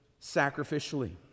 sacrificially